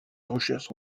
recherches